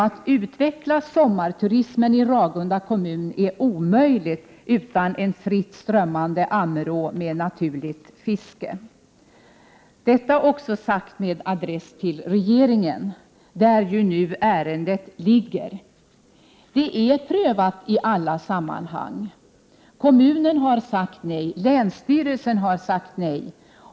Att utveckla sommarturismen i Ragunda kommun är omöjligt utan en fritt strömmande Prot. 1988/89:117 Ammerå med naturligt fiske. Detta också sagt med adress till regeringen, där 19 maj 1989 ju nu ärendet ligger. Det är prövat i alla sammanhang. Kommunen har sagt nej, och länsstyrelsen har sagt nej.